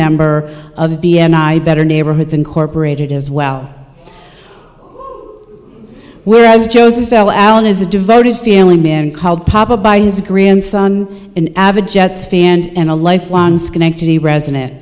member of the better neighborhoods incorporated as well whereas joseph l allen is a devoted family man called papa by his grandson an avid jets fan and a lifelong schenectady res